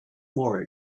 more